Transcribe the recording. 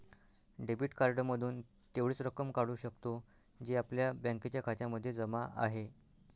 debit card मधून तेवढीच रक्कम काढू शकतो, जी आपल्या बँकेच्या खात्यामध्ये जमा आहे